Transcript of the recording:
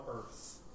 earth